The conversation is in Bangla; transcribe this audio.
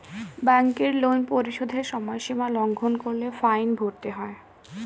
ব্যাংকের লোন পরিশোধের সময়সীমা লঙ্ঘন করলে ফাইন ভরতে হয়